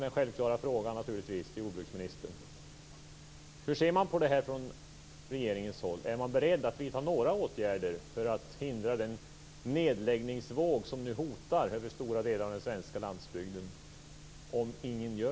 Den självklara frågan till jordbruksministern är: